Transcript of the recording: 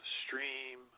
stream